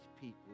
people